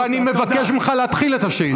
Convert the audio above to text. ואני מבקש ממך להתחיל את השאילתה.